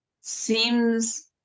seems